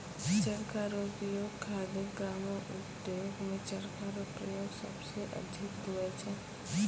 चरखा रो उपयोग खादी ग्रामो उद्योग मे चरखा रो प्रयोग सबसे अधिक हुवै छै